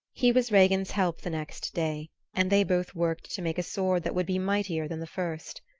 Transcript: he was regin's help the next day and they both worked to make a sword that would be mightier than the first.